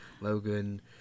Logan